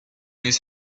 miss